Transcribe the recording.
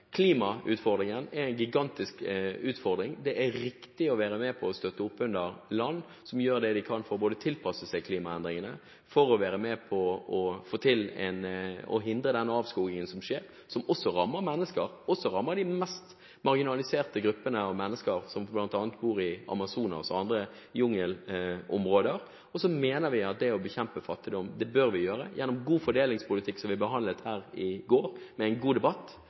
Klimautfordringen er en gigantisk utfordring. Det er riktig å være med på å støtte opp under land som gjør det de kan for både å tilpasse seg klimaendringene, og for å være med på å hindre den avskogingen som skjer, noe som også rammer mennesker. Det rammer også de mest marginaliserte gruppene av mennesker som bl.a. bor i Amazonas og i andre jungelområder. Så mener vi at vi bør bekjempe fattigdom gjennom en god fordelingspolitikk, som vi behandlet her i går med en god debatt.